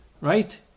right